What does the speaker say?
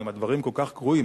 אם הדברים כל כך גרועים,